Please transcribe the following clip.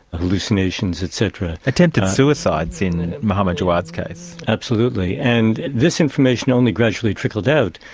hallucinations, et cetera. attempted suicides in mohammed jawad's case. absolutely. and this information only gradually trickled out.